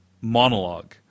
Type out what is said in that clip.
monologue